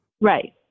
Right